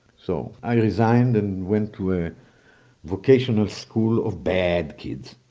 so, i resigned and went to a vocational school of bad kids.